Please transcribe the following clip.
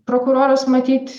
prokuroras matyt